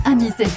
Amis